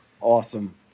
Awesome